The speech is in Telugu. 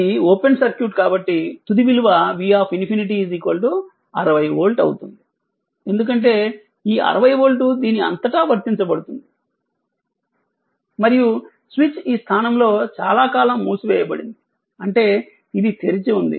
ఇది ఓపెన్ సర్క్యూట్ కాబట్టి తుది విలువ V∞ 60 వోల్ట్ అవుతుంది ఎందుకంటే ఈ 60 వోల్ట్ దీని అంతటా వర్తించబడుతుంది మరియు స్విచ్ ఈ స్థానంలో చాలాకాలం మూసివేయబడింది అంటే ఇది తెరిచి ఉంది